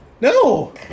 No